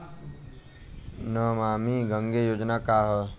नमामि गंगा योजना का ह?